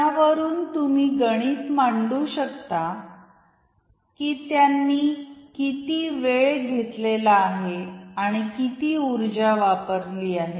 त्यावरून तुम्ही गणित मांडू शकता की त्यांनी किती वेळ घेतलेला आहे आणि किती ऊर्जा वापरलेली आहे